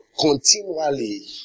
continually